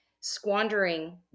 squandering